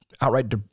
outright